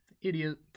idiot